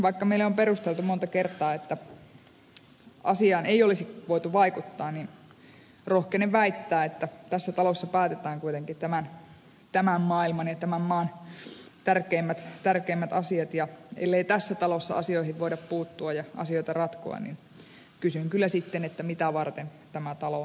vaikka meille on perusteltu monta kertaa että asiaan ei olisi voitu vaikuttaa niin rohkenen väittää että tässä talossa päätetään kuitenkin tämän maailman ja tämän maan tärkeimmät asiat ja ellei tässä talossa asioihin voida puuttua ja asioita ratkoa niin kysyn kyllä sitten mitä varten tämä talo on olemassa